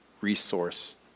resource